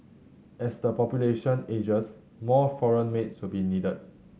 as the population ages more foreign maids will be needed